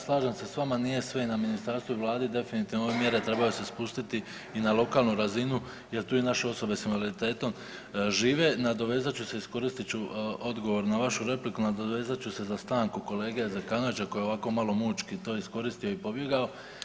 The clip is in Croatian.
Slažem se s vama, nije sve na ministarstvu i Vladi, definitivno ove mjere trebaju se spustiti i na lokalnu razinu jer tu naše osobe sa invaliditetom žive, nadovezat ću se i iskoristit ću odgovor na vašu repliku, nadovezat ću se za stanku kolege Zekanovića koji je ovako malo mučki to iskoristio i pobjegao.